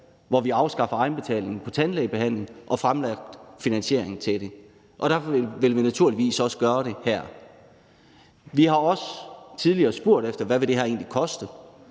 om at afskaffe egenbetalingen for tandlægebehandling og fremlagt finansiering til det. Derfor vil vi naturligvis også gøre det her. Vi har også tidligere spurgt efter, hvad det her egentlig vil koste.